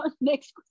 next